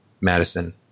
Madison